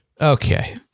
Okay